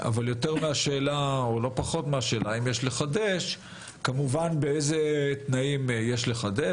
לא פחות משאלה זאת יש לשאול גם מהם תנאי החידוש.